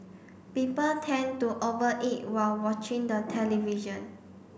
people tend to over eat while watching the television